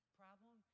problem